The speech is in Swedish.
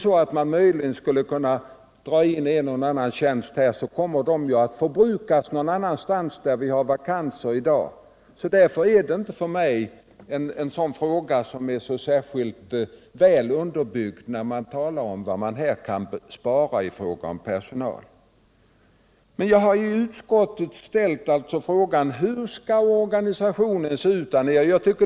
Skulle man kunna dra in en eller annan tjänst här, så uppvägs det av att vi har vakanser som blir fyllda på andra håll. Därför tycker jag inte att talet om vad man kan spara i fråga om personal är så väl underbyggt. Jag har redan i utskottet ställt frågan: Hur skall organisationen se ut där nere?